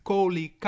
Koli